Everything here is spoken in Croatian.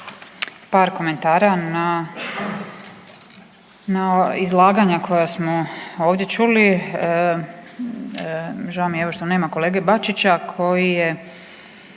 par komentara na izlaganja koja smo ovdje čuli. Žao mi je evo što nema kolege Bačića koji je